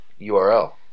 URL